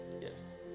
Yes